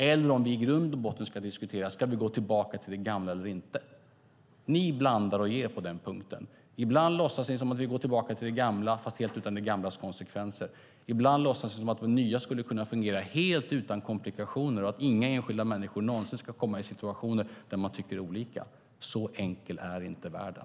Eller vill ni i grund och botten diskutera om vi ska gå tillbaka till det gamla eller inte? Ni blandar och ger på den punkten. Ibland låtsas ni som att ni vill gå tillbaka till det gamla fast helt utan det gamlas konsekvenser. Ibland låtsas ni om att det nya skulle kunna fungera helt utan komplikationer och att inga enskilda människor någonsin ska komma i situationer där de tycker olika. Så enkel är inte världen.